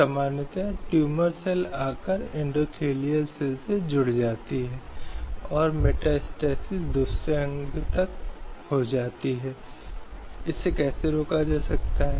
इसलिए भारत में रहने वाले प्रत्येक व्यक्ति को बोलने या स्वयं को अभिव्यक्त करने की स्वतंत्रता से इनकार नहीं किया जा सकता है